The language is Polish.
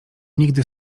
nigdy